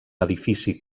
edifici